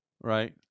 right